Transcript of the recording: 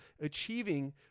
achieving